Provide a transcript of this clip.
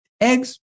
Eggs